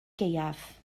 gaeaf